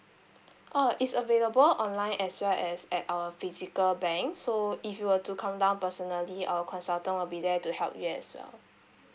oh it's available online as well as at our physical bank so if you were to come down personally our consultant will be there to help you as well